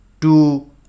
two